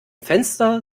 fenster